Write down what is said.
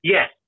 Yes